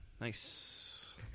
nice